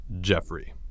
Jeffrey